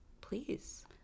Please